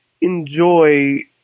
enjoy